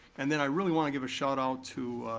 and then i really want to give a shoutout to